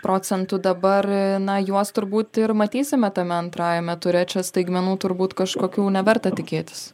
procentų dabar na juos turbūt ir matysime tame antrajame ture čia staigmenų turbūt kažkokių neverta tikėtis